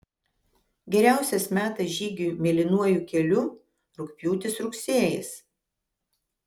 geriausias metas žygiui mėlynuoju keliu rugpjūtis rugsėjis